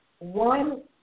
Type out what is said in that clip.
One